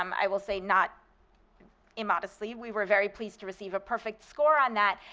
um i will say not immodestly we were very pleased to receive a perfect score on that.